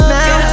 now